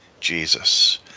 Jesus